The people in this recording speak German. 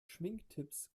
schminktipps